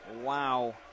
Wow